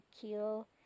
kill